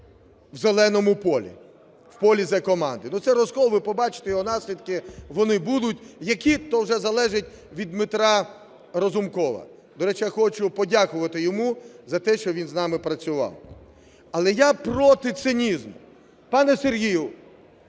в "зеленому полі", в полі "Зе-команди". Ну, цей розкол, ви побачите його наслідки. Вони будуть які – то вже залежить від Дмитра Разумкова. До речі, я хочу подякувати йому за те, що він з нами працював. Але я проти цинізму. Пане Сергію